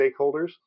stakeholders